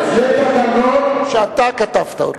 זה התקנון שאתה כתבת אותו.